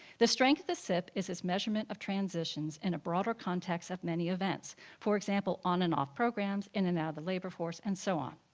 the strength of the sip is its measurement of transitions in a broader context of many events for example, on and off programs, in and out of the labor force, and so on.